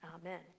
Amen